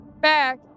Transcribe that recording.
back